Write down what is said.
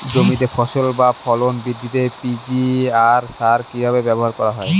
জমিতে ফসল বা ফলন বৃদ্ধিতে পি.জি.আর সার কীভাবে ব্যবহার করা হয়?